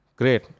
Great